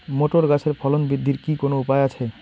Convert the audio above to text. Motor গাছের ফলন বৃদ্ধির কি কোনো উপায় আছে?